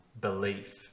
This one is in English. belief